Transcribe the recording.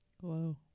Hello